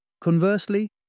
Conversely